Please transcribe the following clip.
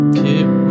keep